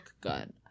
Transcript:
good